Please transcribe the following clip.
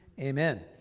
Amen